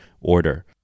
order